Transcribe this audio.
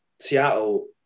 Seattle